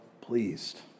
pleased